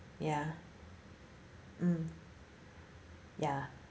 ya mm ya